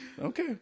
Okay